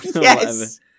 yes